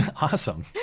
Awesome